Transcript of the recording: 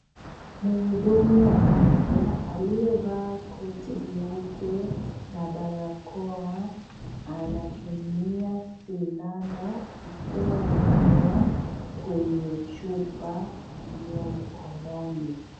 Mhudumu wa afya aliyevaa koti nyeupe na barakoa ametumia sindano kutoa dawa kwenye chupa iliyo mkononi.